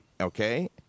Okay